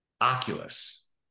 Oculus